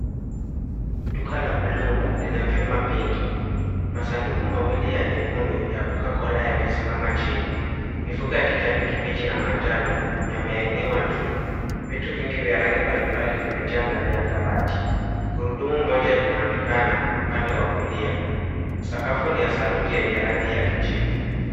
Duka la bluu lina vyuma vingi. Masanduku mawili ya nyekundu ya Cocacola yamesimama chini, mifuko ya kijani kibichi na manjano, yamee hang'iwa juu. Vitu vingi vya rangi mbalimbali vimepangwa ndani ya kabati. Gurudumu moja linaonekana upande wa kulia. Sakafu ni ya saruji yenye rangi ya kijivu.